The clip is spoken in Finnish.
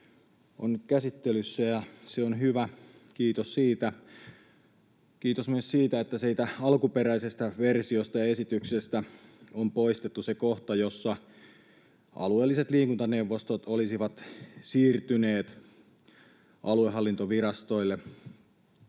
on nyt käsittelyssä, ja se on hyvä — kiitos siitä. Kiitos myös siitä, että siitä alkuperäisestä versiosta ja esityksestä on poistettu se kohta, jossa alueelliset liikuntaneuvostot olisivat siirtyneet aluehallintovirastoille.